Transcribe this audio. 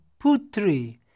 putri